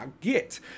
get